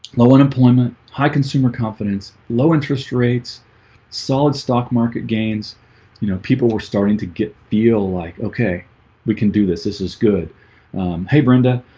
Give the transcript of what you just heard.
low, unemployment high consumer confidence low interest rates solid stock market gains, you know people were starting to get feel like okay we can do this. this is good hey, brenda